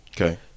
Okay